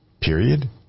Period